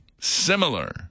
similar